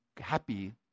happy